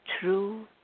true